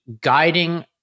guiding